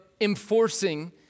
enforcing